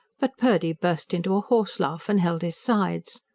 but purdy burst into a horselaugh, and held his sides.